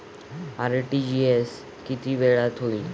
RTGS किती वेळात होईल?